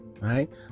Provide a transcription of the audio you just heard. right